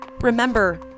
Remember